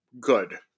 good